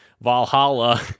valhalla